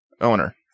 owner